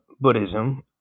Buddhism